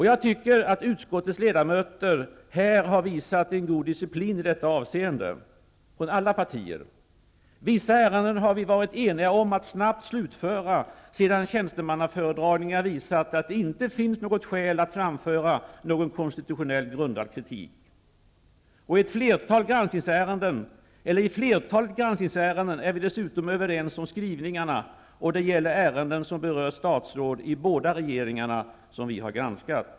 Jag tycker att utskottets ledamöter från alla partier har visat en god disciplin i detta avseende. Vissa ärenden har vi varit eniga om att snabbt slutföra, sedan tjänstemannaföredragningar visat att det inte finns något skäl att framföra någon konstitutionellt grundad kritik. I flertalet granskningsärenden är vi dessutom överens om skrivningarna, och det gäller ärenden som berör statsråd i båda regeringarna som vi har granskat.